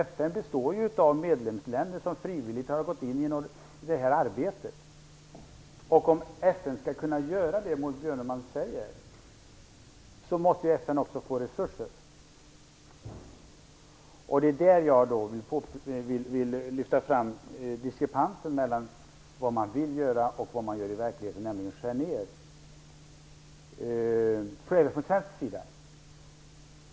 FN består ju av medlemsländer som frivilligt har gått in i det här arbetet. Om FN skall kunna göra det som Maud Björnemalm säger måste ju FN också få resurser. Jag vill lyfta fram diskrepansen mellan vad man vill göra och vad man gör i verkligheten, nämligen skär ned.